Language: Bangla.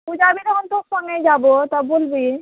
তুই যাবি তখন তোর সঙ্গেই যাবো তা বলবি